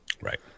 Right